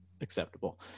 acceptable